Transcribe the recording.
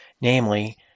Namely